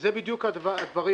אלה בדיוק הדברים.